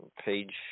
page